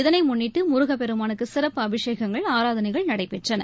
இதனைமுன்னிட்டுமுருகப்பெருமானுக்குசிறப்பு அபிஷேகங்கள் ஆராதனைகள் நடைபெற்றன